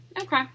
okay